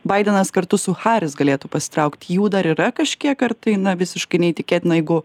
baidenas kartu su haris galėtų pasitraukt jų dar yra kažkiek ar tai na visiškai neįtikėtina jeigu